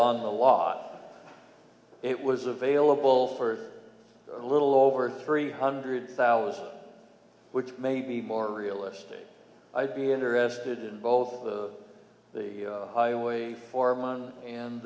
on the lot it was available for a little over three hundred thousand which may be more realistic i'd be interested in both the highway for mine and